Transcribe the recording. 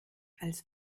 als